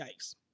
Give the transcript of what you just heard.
Yikes